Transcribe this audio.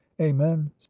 amen